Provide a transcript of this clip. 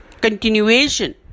continuation